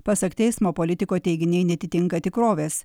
pasak teismo politiko teiginiai neatitinka tikrovės